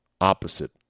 opposite